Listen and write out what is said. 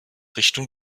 richtung